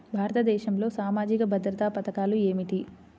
భారతదేశంలో సామాజిక భద్రతా పథకాలు ఏమిటీ?